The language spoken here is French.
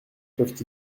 peuvent